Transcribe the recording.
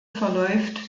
verläuft